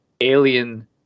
alien